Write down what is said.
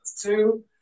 Two